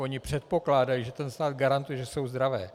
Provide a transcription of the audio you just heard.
Oni předpokládají, že stát garantuje, že jsou zdravé.